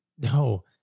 No